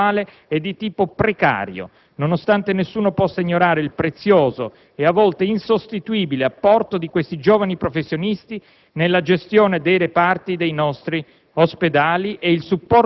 Il loro inquadramento contrattuale è di tipo precario, nonostante nessuno possa ignorare il prezioso ed insostituibile apporto di questi giovani professionisti nella gestione dei reparti dei nostri